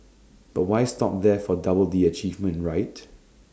but why stop there for double the achievement right